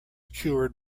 cured